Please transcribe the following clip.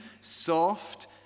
soft